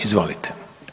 Izvolite.